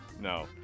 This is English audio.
No